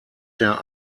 der